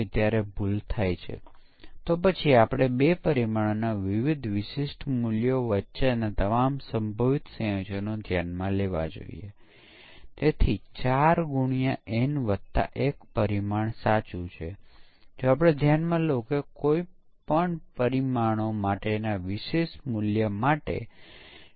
અને જો તમે સ્મોક પરીક્ષણ ન કરો તો પછી એકીકરણ અને સિસ્ટમ પરીક્ષણ મોટી સમસ્યા હશે કારણ કે તમને લાગે છે કે સિસ્ટમ પરીક્ષણમાં તમે દરેક વસ્તુને એકીકૃત કરી છે તે કંઇપણ ઈન્પુટનો જવાબ આપતી નથી તે સ્થિર છે જે આપણે ઇચ્છતા નથી